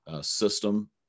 System